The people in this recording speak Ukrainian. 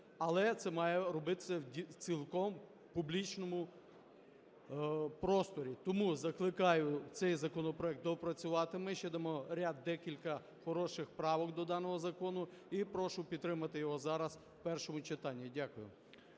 Але це має робитися цілком в публічному просторі. Тому закликаю цей законопроект доопрацювати. Ми ще дамо ряд декілька хороших правок до даного закону. І прошу підтримати його зараз в першому читанні. Дякую.